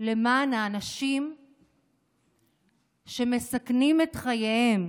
למען האנשים שמסכנים את חייהם